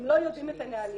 הם לא יודעים את הנהלים האלה.